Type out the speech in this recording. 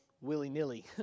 willy-nilly